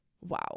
Wow